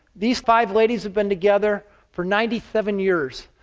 these five ladies have been together for ninety seven years.